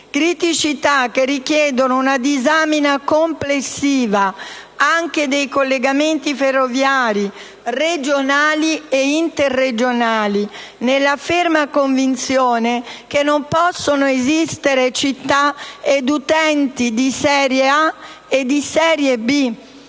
criticità richiedono una disamina complessiva anche dei collegamenti ferroviari regionali e interregionali, nella ferma convinzione che non possono esistere città ed utenti di serie A e di serie B.